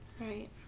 Right